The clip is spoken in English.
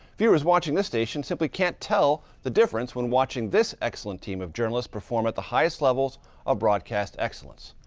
viewers watching this station simply can't tell the difference when watching this excellent team of journalists perform at the highest levels of broadcast excellence.